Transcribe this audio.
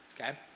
Okay